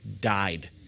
died